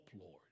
Lord